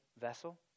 vessel